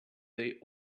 they